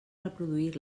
reproduir